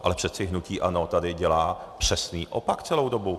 Ale přece hnutí ANO tady dělá přesný opak celou dobu.